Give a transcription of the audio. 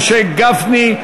תודה לחבר הכנסת משה גפני.